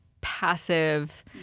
passive